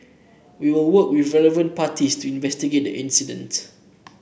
we will work with relevant parties to investigate incident